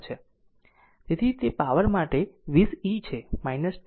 તેથી તે પાવર માટે 20 ઇ છે t વોલ્ટ